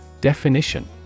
Definition